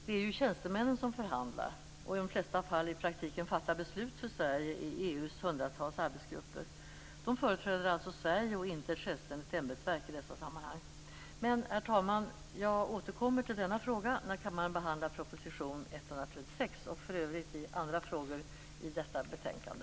Det är ju tjänstemännen som förhandlar och i de flesta fall i praktiken fattar beslut för Sverige i EU:s hundratals arbetsgrupper. De företräder alltså Sverige och inte ett självständigt ämbetsverk i dessa sammanhang. Herr talman! Jag återkommer till denna fråga när kammaren skall behandla proposition 136 och andra frågor i detta betänkande.